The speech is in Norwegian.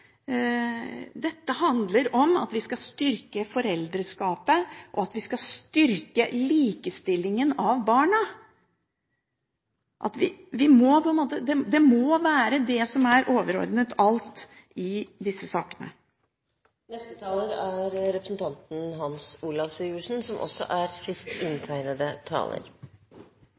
Dette handler om at vi skal styrke foreldreskapet, og at vi skal styrke likestillingen av barna. Det må være det som er overordnet alt i disse sakene. Jeg tror det er mye rett i det som siste taler sa, men det er